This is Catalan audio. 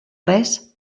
res